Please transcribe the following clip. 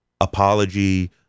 apology